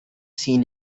seen